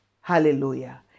Hallelujah